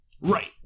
right